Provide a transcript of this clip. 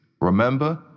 Remember